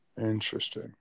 interesting